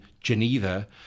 Geneva